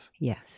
Yes